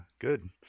Good